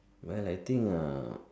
well I think uh